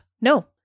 No